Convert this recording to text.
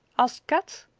asked kat.